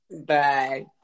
Bye